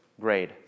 grade